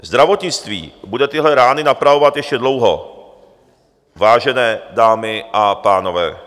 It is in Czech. Zdravotnictví bude tyhle rány napravovat ještě dlouho, vážené dámy a pánové.